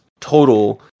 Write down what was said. total